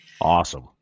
Awesome